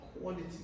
quality